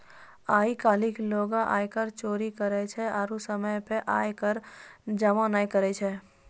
आइ काल्हि लोगें आयकर चोरी करै छै आरु समय पे आय कर जमो नै करै छै